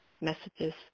messages